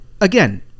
Again